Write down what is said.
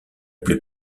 plus